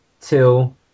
till